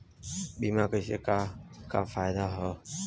बीमा कइले का का फायदा ह?